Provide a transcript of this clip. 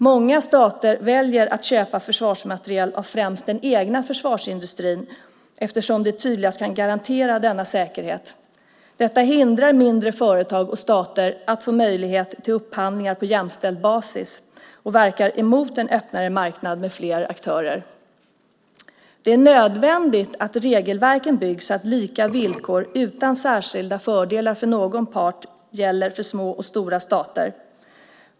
Många stater väljer att köpa försvarsmateriel av främst den egna försvarsindustrin eftersom den tydligast kan garantera denna säkerhet. Detta hindrar mindre företag och stater att få möjlighet till upphandlingar på jämställd basis och verkar emot en öppnare marknad med fler aktörer. Det är nödvändigt att regelverken byggs så att lika villkor, utan särskilda fördelar för någon part, gäller för små och stora stater.